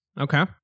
okay